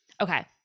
Okay